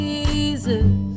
Jesus